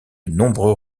nombreux